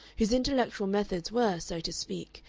whose intellectual methods were, so to speak,